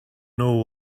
know